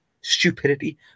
Stupidity